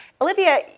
Olivia